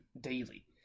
daily